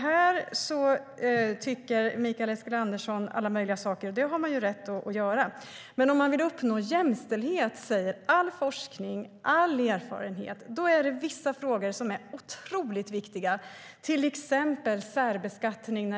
Här tycker Mikael Eskilandersson alla möjliga saker, och det har man ju rätt att göra, men om man vill uppnå jämställdhet säger all forskning och erfarenhet att vissa frågor är otroligt viktiga, till exempel särbeskattning.